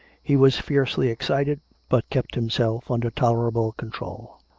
he was fiercely excited but kept himself under tolerable control.